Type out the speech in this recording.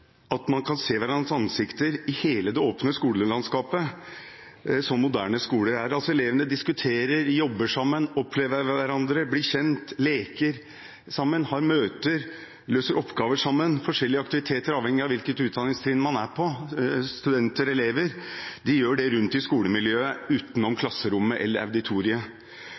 at man kan se hverandres ansikt i hele det åpne skolelandskapet, som moderne skoler er. Elever diskuterer, jobber sammen, opplever hverandre, blir kjent, leker sammen, har møter, løser oppgaver sammen – forskjellige aktiviteter avhengig av hvilket utdanningstrinn de er på, om de er studenter eller elever – de gjør det rundt i skolemiljøet, utenom klasserommet eller